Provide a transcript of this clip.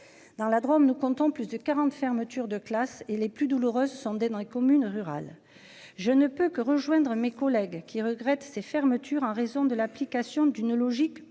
Dans la Drôme ne comptant plus de 40 fermetures de classes et les plus douloureuses dans les communes rurales. Je ne peux que rejoindre mes collègues qui regrette ces fermetures en raison de l'application d'une logique purement